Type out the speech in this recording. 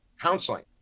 counseling